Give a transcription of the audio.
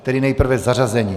Tedy nejprve zařazení.